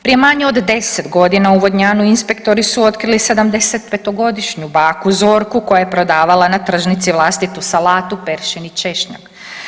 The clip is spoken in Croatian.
Prije manje od 10 godina u Vodnjanu inspektori su otkrili 75-godišnju baku Zorku koja je prodavala na tržnici vlastitu salatu, peršin i češnjak.